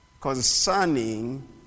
concerning